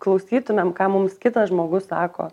klausytumėm ką mums kitas žmogus sako